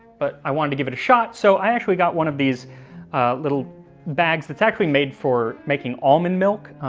but i wanted to give it a shot so i actually got one of these ah little bags that's actually made for making almond milk.